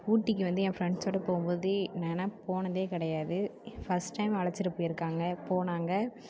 ஊட்டிக்கு வந்து என் ஃப்ரெண்ட்ஸோட போகும்போதே நான் ஆனால் போனது கிடையாது ஃபஸ்ட் டைம் அழைச்சிட்டு போய்ருக்காங்க போனாங்க